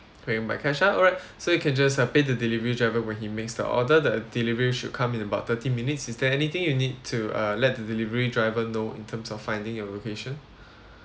paying by cash ah alright so you can just uh pay the delivery driver when he makes the order the delivery should come in about thirty minutes is there anything you need to uh let the delivery driver know in terms of finding your location